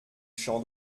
chant